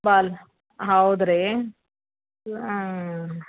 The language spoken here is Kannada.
ಬಾಲ್ ಹೌದು ರೀ ಹ್ಞೂ